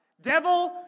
Devil